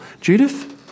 Judith